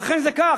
ואכן זה כך.